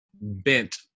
bent